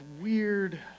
weird